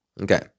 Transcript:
Okay